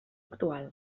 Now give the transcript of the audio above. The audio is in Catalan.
actual